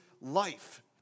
life